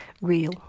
real